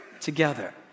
together